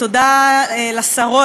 תודה לשרות,